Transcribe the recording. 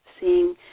seeing